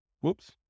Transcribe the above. Whoops